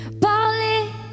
parlez